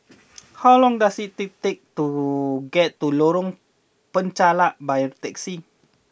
how long does it to take to get to Lorong Penchalak by a taxi